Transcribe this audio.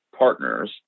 partners